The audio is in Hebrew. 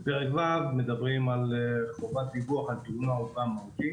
בפרק ו' מדברים על חובת דיווח על תאונה או פגם מהותי